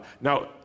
Now